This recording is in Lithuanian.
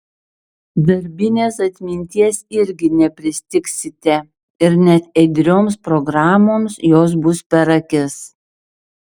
darbinės atminties irgi nepristigsite ir net ėdrioms programoms jos bus per akis